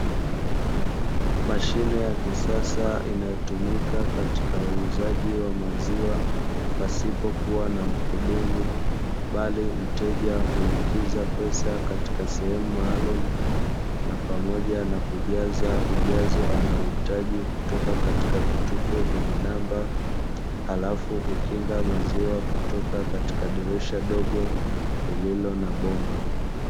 Mashine ya kisasa inayotumika katika uuzaji wa maziwa pasipo kuwa na mhudumu, bali mteja huingiza pesa katika sehemu maalumu na pamoja na kujaza ujazo anaohitaji kutoka katika vitufe vyenye namba, halafu hukinga maziwa kutoka katika dirisha dogo lililo na bomba.